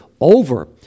over